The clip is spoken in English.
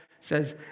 says